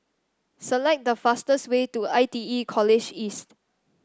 select the fastest way to I T E College East